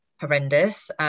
horrendous